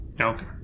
Okay